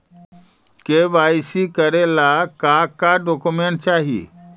KYC करे ला का का डॉक्यूमेंट चाही?